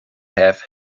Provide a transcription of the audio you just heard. have